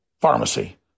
pharmacy